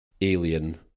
Alien